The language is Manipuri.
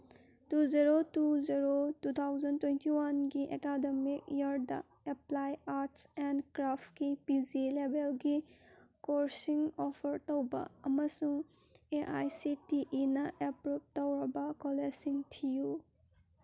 two zero two zero two thousand twenty ꯋꯥꯟꯒꯤ ꯑꯦꯀꯥꯗꯃꯤꯛ ꯏꯌꯔꯗ ꯑꯦꯄ꯭ꯂꯥꯏ ꯑꯥꯔꯠꯁ ꯑꯦꯟ ꯀ꯭ꯔꯥꯐꯀꯤ ꯄꯤ ꯖꯤ ꯂꯦꯕꯦꯜꯒꯤ ꯀꯣꯔꯁꯁꯤꯡ ꯑꯣꯐꯔ ꯇꯧꯕ ꯑꯃꯁꯨꯡ ꯑꯦ ꯑꯥꯏ ꯁꯤ ꯇꯤ ꯏꯅ ꯑꯦꯄ꯭ꯔꯨꯞ ꯇꯧꯔꯕ ꯀꯣꯂꯦꯖꯁꯤꯡ ꯊꯤꯌꯨ